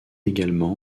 également